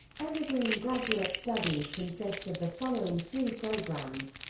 evergreen graduate studies consist of the following three programs